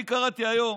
אני קראתי היום,